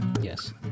Yes